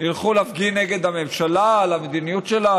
ילכו להפגין נגד הממשלה על המדיניות שלה,